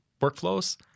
workflows